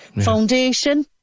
foundation